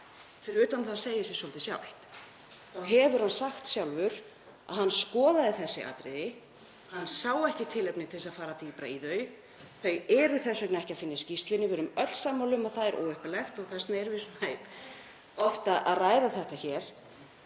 þá hefur hann sagt sjálfur að hann skoðaði þessi atriði, hann sá ekki tilefni til þess að fara dýpra í þau, þau er þess vegna ekki að finna í skýrslunni. Við erum öll sammála um að það er óheppilegt og þess vegna erum við svona oft að ræða þetta hér.